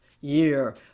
year